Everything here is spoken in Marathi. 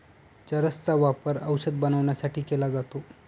चरस चा वापर औषध बनवण्यासाठी केला जातो